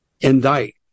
indict